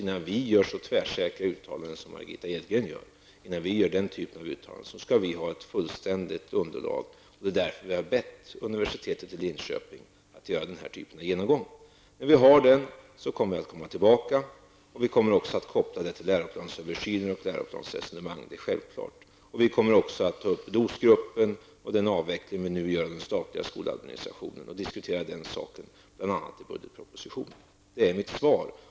Innan vi gör så tvärsäkra uttalanden som Margitta Edgren gör är det nödvändigt för oss att ha ett fullständigt underlag. Det är därför som vi har bett universitetet i Linköping att göra den här typen av genomgång. När vi har den kommer vi att återkomma. Och vi kommer självfallet också att koppla detta till läroplansöversynen och läroplansresonemangen. Vi kommer också att ta upp DOS-gruppen och den avveckling vi nu gör av den statliga skoladministrationen och diskutera den saken i bl.a. budgetpropositionen. Det är mitt svar.